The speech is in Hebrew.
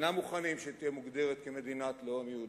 הם אינם מוכנים שתהיה מוגדרת כמדינת לאום יהודית.